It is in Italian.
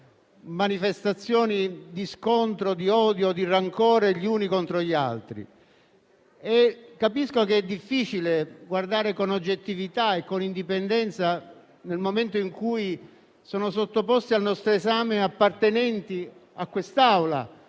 per manifestazioni di scontro, odio e rancore gli uni contro gli altri. Capisco che è difficile guardare con oggettività e indipendenza nel momento in cui sono sottoposti al nostro esame appartenenti a quest'Assemblea